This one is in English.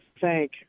thank